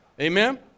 Amen